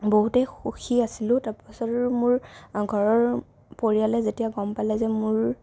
বহুতেই সুখী আছিলোঁ তাৰপিছত আৰু মোৰ ঘৰৰ পৰিয়ালে যেতিয়া গম পালে যে মোৰ